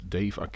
Dave